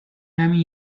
همین